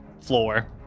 floor